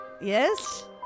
Yes